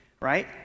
right